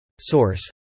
Source